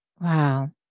Wow